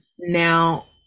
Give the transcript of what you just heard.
now